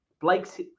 Blake's